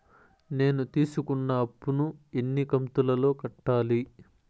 నేను తీసుకున్న అప్పు ను ఎన్ని కంతులలో కట్టాలి?